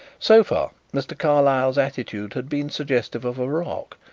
so far mr. carlyle's attitude had been suggestive of a rock,